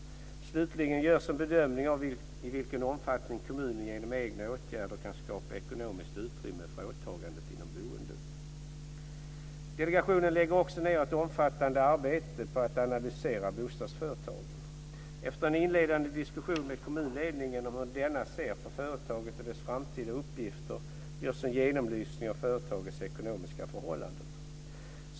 Slutligen görs en bedömning av i vilken omfattning kommunen genom egna åtgärder kan skapa ekonomiskt utrymme för åtagandet inom boendet. Delegationen lägger också ned ett omfattande arbete på att analysera bostadsföretagen. Efter en inledande diskussion med kommunledningen om hur denna ser på företaget och dess framtida uppgifter görs en genomlysning av företagets ekonomiska förhållanden.